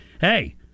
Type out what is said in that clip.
hey